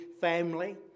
family